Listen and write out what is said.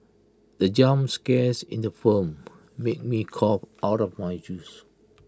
the jump scares in the firm made me cough out of my juice